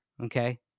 okay